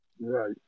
Right